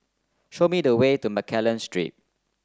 show me the way to Mccallum Street